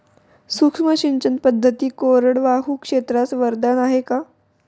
सूक्ष्म सिंचन पद्धती कोरडवाहू क्षेत्रास वरदान आहे का?